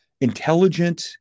intelligent